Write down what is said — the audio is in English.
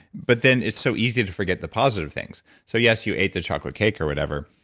but then it's so easy to forget the positive things. so yes you ate the chocolate cake or whatever,